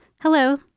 Hello